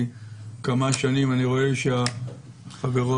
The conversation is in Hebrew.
כי כבר כמה שנים ואני רואה שהחברות מולי מהנהנות בהסכמה.